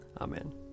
Amen